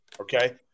okay